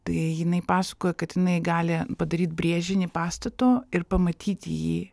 tai jinai pasakojo kad jinai gali padaryt brėžinį pastato ir pamatyti jį